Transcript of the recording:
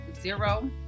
zero